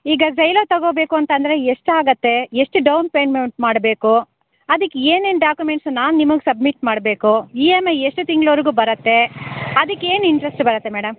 ಈಗ ಝೈಲೊ ತಗೊಳ್ಬೇಕು ಅಂತ ಅಂದ್ರೆ ಎಷ್ಟಾಗುತ್ತೆ ಎಷ್ಟು ಡೌನ್ ಪೇಮೆಂಟ್ ಮಾಡಬೇಕು ಅದಕ್ಕೆ ಏನೇನು ಡಾಕ್ಯುಮೆಂಟ್ಸ್ ನಾನು ನಿಮಗೆ ಸಬ್ಮಿಟ್ ಮಾಡಬೇಕು ಇ ಎಂ ಐ ಎಷ್ಟು ತಿಂಗ್ಳುವರೆಗೂ ಬರುತ್ತೆ ಅದಕ್ಕೇನು ಇಂಟ್ರೆಸ್ಟ್ ಬರುತ್ತೆ ಮೇಡಮ್